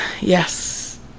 Yes